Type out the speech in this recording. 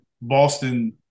Boston